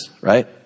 right